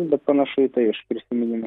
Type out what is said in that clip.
bet panašu į tai iš prisiminimų